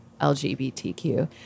LGBTQ